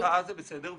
להרתעה זה בסדר,